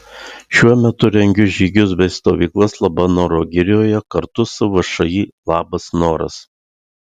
šiuo metu rengiu žygius bei stovyklas labanoro girioje kartu su všį labas noras